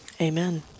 amen